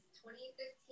2015